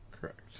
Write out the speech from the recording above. Correct